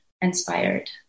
inspired